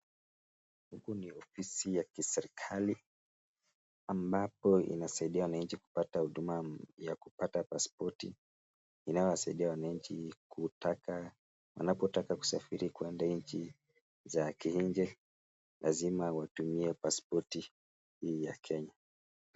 Huku ni ofisi ya kiserikali ambapo inasaidia wananchi kupata huduma ya kupata paspoti inayowasaidia wananchi wanapotaka kusafiri kuenda nchi za kiinje lazima watumie paspoti hii ya Kenya.